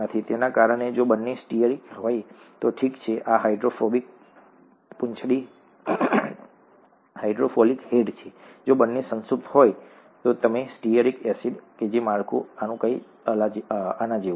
તેના કારણે જો બંને સ્ટીઅરિક હોય તો ઠીક છે આ હાઇડ્રોફોબિક પૂંછડી હાઇડ્રોફિલિક હેડ છે જો બંને સંતૃપ્ત હોય જેમ કે સ્ટીઅરિક એસિડ તો માળખું કંઈક આના જેવું હશે